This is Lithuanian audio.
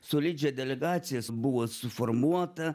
solidžią delegacijas buvo suformuota